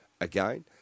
again